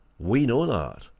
we know that,